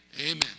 amen